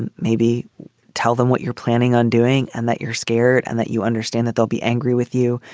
and maybe tell them what you're planning on doing and that you're scared and that you understand that they'll be angry with you.